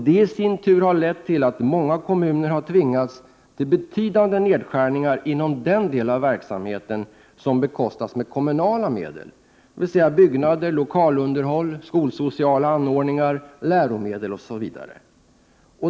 Det i sin tur har lett till att många kommuner har tvingats till betydande nedskärningar inom den delen av verksamheten som bekostas av kommunala medel, dvs. byggnader, lokalunderhåll, skolsociala anordningar, läromedel osv.